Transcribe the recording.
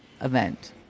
event